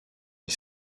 les